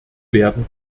werden